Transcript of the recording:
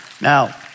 Now